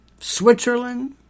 Switzerland